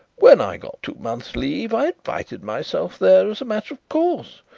when i got two months' leave i invited myself there as a matter of course,